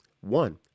One